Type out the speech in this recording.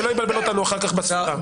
שלא יבלבל אותנו אחר כך בספירה.